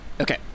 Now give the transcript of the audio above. Okay